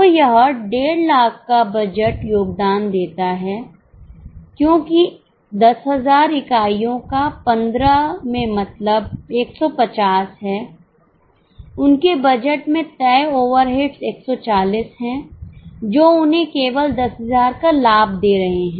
तो यह 150000 का बजट योगदान देता है क्योंकि 10000 इकाइयों का 15 में मतलब 150 है उनके बजट में तय ओवरहेड्स 140 हैं जो उन्हें केवल 10000 का लाभ दे रहे हैं